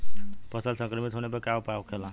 फसल संक्रमित होने पर क्या उपाय होखेला?